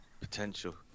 Potential